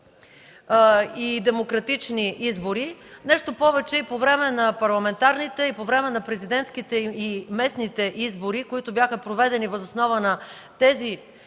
и демократични избори. Нещо повече, по време на парламентарните и по време на президентските и местните избори, проведени въз основа на тези